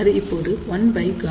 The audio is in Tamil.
அது இப்போது 1Γout 0